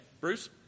Bruce